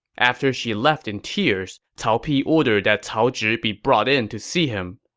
after she left in tears, cao pi ordered that cao zhi be brought in to see him.